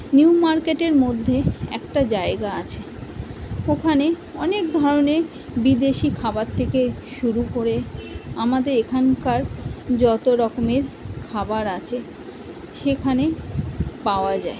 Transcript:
new মার্কেটের মধ্যে একটা জায়গা আছে ওখানে অনেক ধরনের বিদেশি খাবার থেকে শুরু করে আমাদের এখানকার যত রকমের খাবার আছে সেখানে পাওয়া যায়